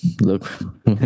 look